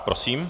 Prosím.